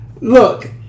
Look